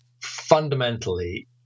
fundamentally